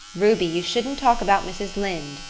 ruby, you shouldn't talk about mrs. lynde,